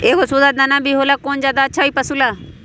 एगो सुधा दाना भी होला कौन ज्यादा अच्छा होई पशु ला?